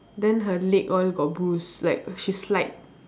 then her leg all got bruise like she slide